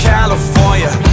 California